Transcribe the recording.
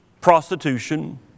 prostitution